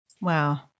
Wow